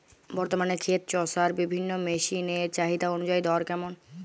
বর্তমানে ক্ষেত চষার বিভিন্ন মেশিন এর চাহিদা অনুযায়ী দর কেমন?